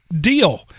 deal